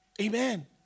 Amen